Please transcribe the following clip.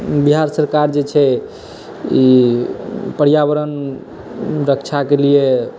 बिहार सरकार जे छै ई पर्यावरण रक्षाके लिये